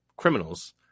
criminals